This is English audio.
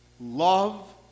Love